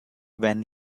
when